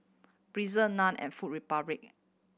Breezer Nan and Food Republic